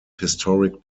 historic